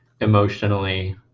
emotionally